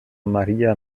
maria